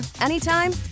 anytime